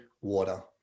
water